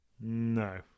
no